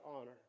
honor